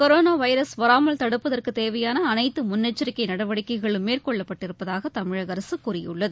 corona virus வராமல் தடுப்பதற்கு தேவையான அனைத்து முன்னெச்சரிக்கை நி நடவடிக்கைகளும் மேற்கொள்ளப்பட்டிருப்பதாக தமிழக அரசு கூறியுள்ளது